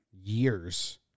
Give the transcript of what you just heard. years